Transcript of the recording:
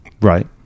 Right